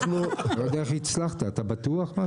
לא יודע איך הצלחת אתה בטוח?